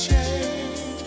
Change